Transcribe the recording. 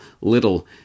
little